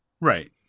right